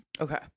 okay